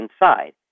inside